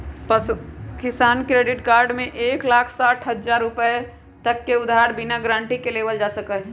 पशु किसान credit card में एक लाख साठ हजार रुपए तक के उधार बिना गारंटी के लेबल जा सका हई